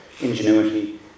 ingenuity